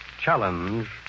challenge